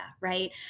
right